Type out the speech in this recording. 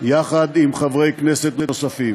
יחד עם חברי כנסת נוספים.